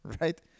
right